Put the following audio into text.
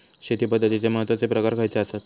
शेती पद्धतीचे महत्वाचे प्रकार खयचे आसत?